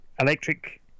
electric